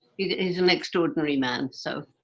he's an extraordinary man, so,